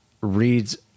reads